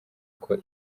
uko